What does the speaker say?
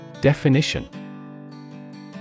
Definition